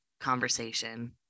conversation